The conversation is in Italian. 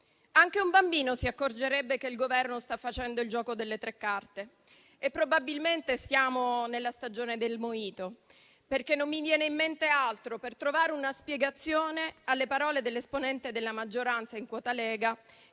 Anche un bambino si accorgerebbe che il Governo sta facendo il gioco delle tre carte e probabilmente siamo nella stagione del mojito*.* Non mi viene in mente altro per trovare una spiegazione alle parole dell'esponente della maggioranza in quota Lega